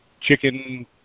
Chicken